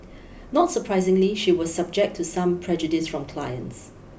not surprisingly she was subject to some prejudice from clients